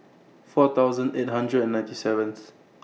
four thousand eight hundred and ninety seventh